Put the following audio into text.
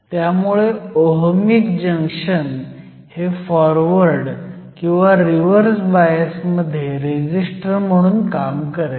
त्यामुळे ohmic junction हे forward किंवा रिव्हर्स बायस मध्ये रेझिस्टर म्हणून काम करेल